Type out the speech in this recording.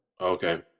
Okay